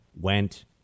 went